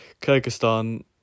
Kyrgyzstan